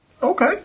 Okay